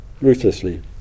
ruthlessly